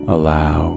Allow